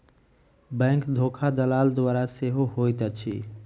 bank धोखा दलाल द्वारा सेहो होइत अछि